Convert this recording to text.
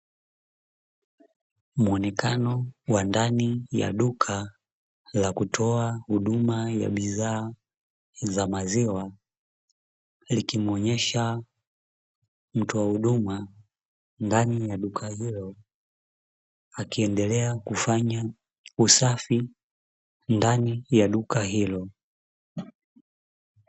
Muonekano wa ndani ya duka la kutoa huduma ya bidhaa za maziwa, likimuonyesha mtoa wa huduma ndani ya duka hilo akiendelea kufanya usafi ndani ya duka hilo.